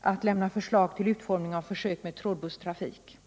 har fått att lämna förslag till utformning av försök med trådbusstrafik.